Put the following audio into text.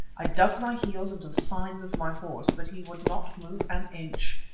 i dug my heels into the sides of my horse, but he would not move an inch.